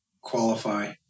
qualify